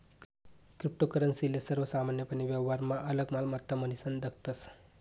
cryptocurrency ले सर्वसामान्यपने व्यवहारमा आलक मालमत्ता म्हनीसन दखतस